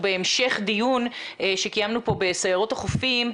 בהמשך דיון שקיימנו פה בסיירות החופים,